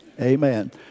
Amen